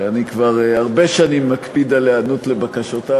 שאני כבר הרבה שנים מקפיד על היענות לבקשותיו,